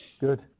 Good